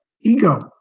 ego